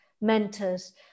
mentors